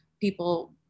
people